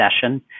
session